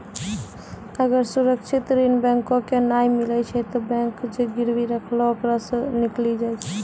अगर सुरक्षित ऋण बैंको के नाय मिलै छै तै बैंक जे गिरबी रखलो ओकरा सं निकली जाय छै